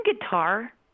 guitar